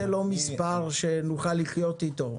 זה לא מספר שנוכל לחיות אתו.